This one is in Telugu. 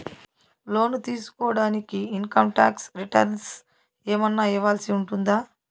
లోను తీసుకోడానికి ఇన్ కమ్ టాక్స్ రిటర్న్స్ ఏమన్నా ఇవ్వాల్సి ఉంటుందా